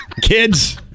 Kids